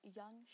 young